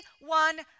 One